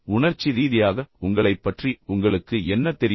உணர்ச்சி ரீதியாக உங்களைப் பற்றி உங்களுக்கு என்ன தெரியும்